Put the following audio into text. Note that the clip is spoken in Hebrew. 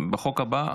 --- בחוק הבא?